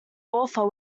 author